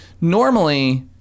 normally